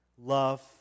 love